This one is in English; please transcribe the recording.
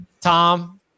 Tom